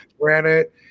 Granite